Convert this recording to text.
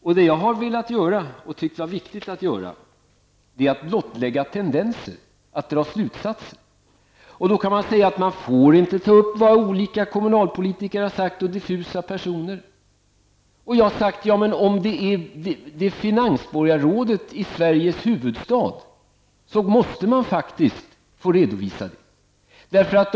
Vad jag har velat göra och vad jag har ansett vara viktigt att göra är att blottlägga tendenser och att dra slutsatser. Man kan då säga att man inte får ta upp vad olika kommunalpolitiker och olika diffusa personer har sagt. Men om det gäller ett uttalande av finansborgarrådet i Sveriges huvudstad, så måste man faktiskt få redovisa det.